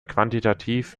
quantitativ